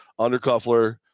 Undercuffler